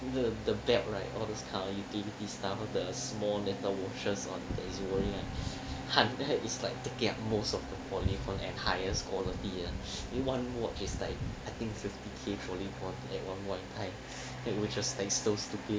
then the the belt right all these kind of utility stuff all the small little watches on the it's taking up most of the polygon and highest quality ah one watch is like I think fifty K polygon at one point in time which is like so stupid